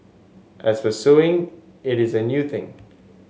as for suing it is a new thing